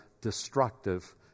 destructive